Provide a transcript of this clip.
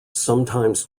sometimes